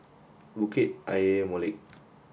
Bukit Ayer Molek